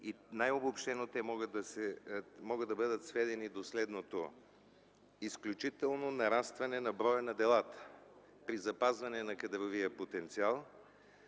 Най-обобщено те могат да бъдат сведени до следното: изключително нарастване на броя на делата при запазване на кадровия потенциал;